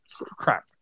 crap